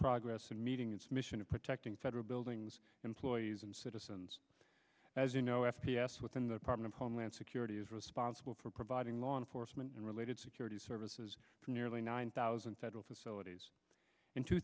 progress in meeting its mission of protecting federal buildings employees and citizens as you know after within the department of homeland security is responsible for providing law enforcement and related security services to nearly nine thousand federal facilities in two